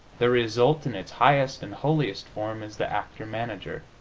the result, in its highest and holiest form is the actor-manager,